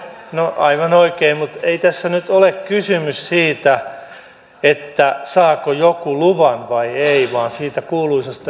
no aivan oikein mutta ei tässä nyt ole kysymys siitä että saako joku luvan vai ei vaan siitä kuuluisasta yhteiselämästä